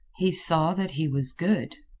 he saw that he was good.